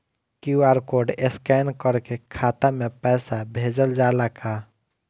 QR code scan करके खाता में पैसा भेजल जाला का?